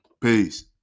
Peace